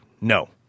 No